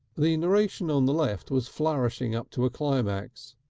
the narration on the left was flourishing up to a climax.